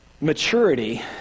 maturity